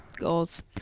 goals